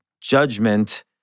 judgment